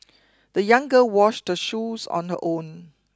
the young girl washed the shoes on her own